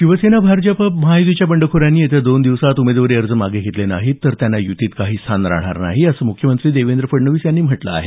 शिवसेना भारतीय जनता पक्ष महायुतीच्या बंडखोरांनी येत्या दोन दिवसांत उमेदवारी अर्ज मागे घेतले नाही तर त्यांना यूतीत काही स्थान राहणार नाही असं असं मुख्यमंत्री देवेंद्र फडणवीस यांनी म्हटलं आहे